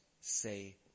say